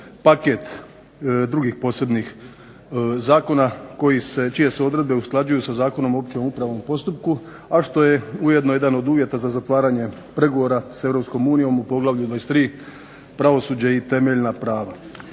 paket drugih posebnih zakona čije se odredbe usklađuju sa Zakonom o općem upravnom postupku, a što je ujedno i jedan od uvjeta za zatvaranje pregovora sa EU u poglavlju 23 - Pravosuđe i temeljna prava.